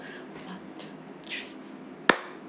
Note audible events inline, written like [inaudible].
[breath] one two three [noise]